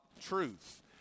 truth